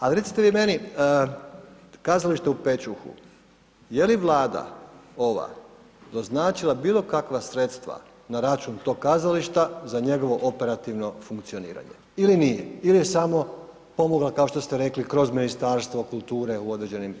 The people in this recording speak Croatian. Ali recite vi meni, kazalište u Pećuhu, je li Vlada ova doznačila bilo kakva sredstva na račun tog kazališta za njegovo operativno funkcioniranje ili nije, ili je samo pomogla kao što ste rekli kroz Ministarstvo kulture u određenim segmentima?